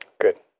Good